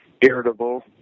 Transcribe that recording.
irritable